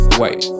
wait